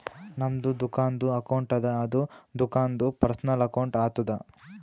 ನಮ್ದು ದುಕಾನ್ದು ಅಕೌಂಟ್ ಅದ ಅದು ದುಕಾಂದು ಪರ್ಸನಲ್ ಅಕೌಂಟ್ ಆತುದ